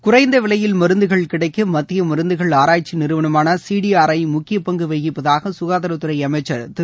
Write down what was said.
குறைந்த விலையில் மருந்துகள் கிடைக்க மத்திய மருந்துகள் ஆராய்ச்சி நிறுவனமான சிடிஆர்ஐ முக்கிய பங்கு வகிப்பதாக சுகாதாரத்துறை அமைச்சர் திரு